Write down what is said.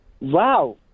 wow